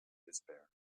despair